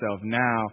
Now